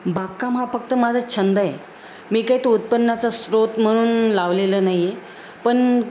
बागकाम हा फक्त माझा छंद आहे मी काही तो उत्पन्नाचा स्रोत म्हणून लावलेलं नाही आहे पण